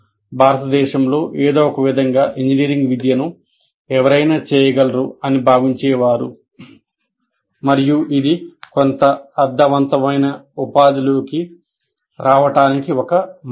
భారతదేశంలో ఏదో ఒకవిధంగా ఇంజనీరింగ్ విద్యను "ఎవరైనా చేయగలరు" అని భావించారు మరియు ఇది కొంత అర్ధవంతమైన ఉపాధి లోకి రావడానికి ఒక మార్గం